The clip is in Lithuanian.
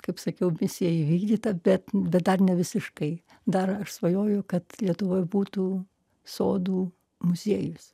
kaip sakiau misija įvykdyta bet bet dar nevisiškai dar aš svajoju kad lietuvoj būtų sodų muziejus